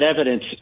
evidence